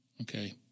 okay